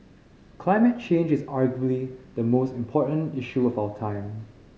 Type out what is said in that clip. climate change is arguably the most important issue of our time